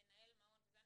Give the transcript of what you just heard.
מנהל מעון וכולי.